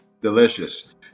Delicious